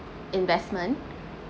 investment